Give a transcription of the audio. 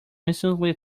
instantly